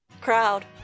Crowd